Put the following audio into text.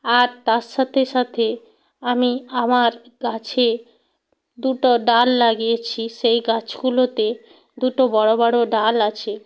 আর তার সাথে সাথে আমি আমার গাছে দুটো ডাল লাগিয়েছি সেই গাছগুলোতে দুটো বড়ো বড়ো ডাল আছে